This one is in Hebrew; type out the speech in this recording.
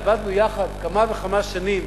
עבדנו יחד כמה וכמה שנים,